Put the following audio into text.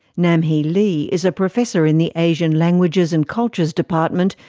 namhee lee is a professor in the asian languages and cultures department,